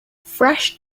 fresh